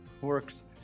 works